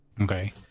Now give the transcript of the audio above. Okay